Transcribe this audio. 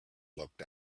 looked